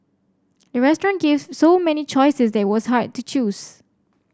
the restaurant gave so many choices that was hard to choose